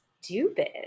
stupid